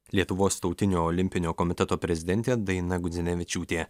lietuvos tautinio olimpinio komiteto prezidentė daina gudzinevičiūtė